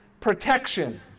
protection